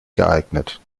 geeignet